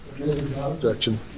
objection